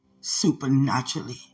Supernaturally